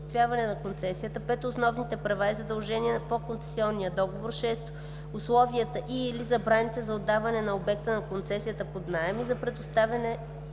на концесията; 5. основните права и задължения по концесионния договор; 6. условията и/или забраните за отдаване на обекта на концесията под наем и за предоставяне